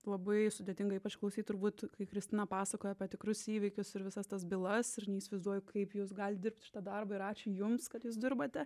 labai sudėtinga ypač klausyt turbūt kai kristina pasakojo apie tikrus įvykius ir visas tas bylas ir neįsivaizduoju kaip jūs galit dirbt šitą darbą ir ačiū jums kad jūs dirbate